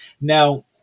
Now